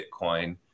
Bitcoin